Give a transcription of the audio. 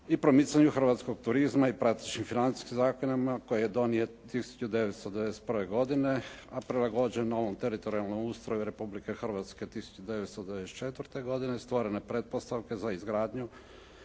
i promicanju hrvatskog turizma i …/Govornik se ne razumije./… financijskim zakonima koje je donio 1991. godine a prilagođeno ovom teritorijalnom ustroju Republike Hrvatske 1994. godine, stvorene pretpostavke za izgradnju